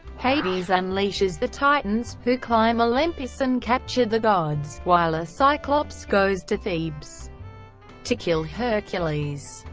hades unleashes the titans, who climb olympus and capture the gods, while a cyclops goes to thebes to kill hercules.